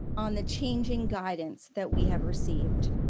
on the changing guidance that we have received.